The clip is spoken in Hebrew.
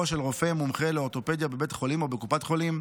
של רופא מומחה לאורתופדיה בבית חולים או בקופת חולים,